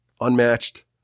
unmatched